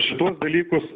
šituos dalykus